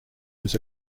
was